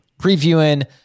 previewing